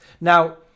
Now